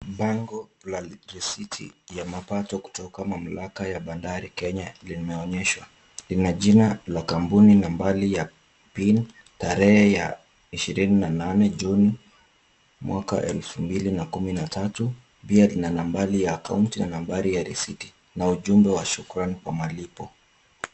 Bango la risiti ya mapato kutoka Mamlaka ya Bandari Kenya limeonyeshwa. Lina jina la kampuni, nambari ya PIN , tarehe ya 28 Juni, 2013, pia lina nambari ya akaunti na nambari ya risiti. Na ujumbe wa shukrani kwa malipo.